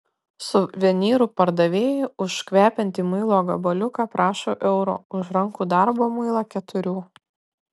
suvenyrų pardavėjai už kvepiantį muilo gabaliuką prašo euro už rankų darbo muilą keturių